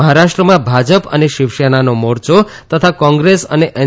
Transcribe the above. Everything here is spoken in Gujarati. મહારાષ્ટ્રમાં ભાજપ અને શીવસેનાનો મોરચો તથા કોંગ્રેસ અને એન